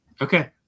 Okay